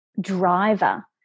driver